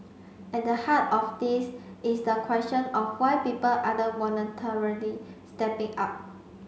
at the heart of this is the question of why people aren't voluntarily stepping up